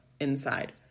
inside